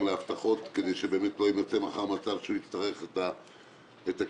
להבטחות כדי שלא ייווצר מצב שהוא יצטרך את הכסף.